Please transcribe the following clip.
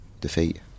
defeat